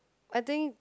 I think